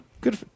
Good